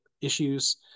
issues